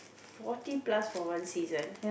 forty plus for one season